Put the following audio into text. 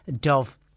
Dove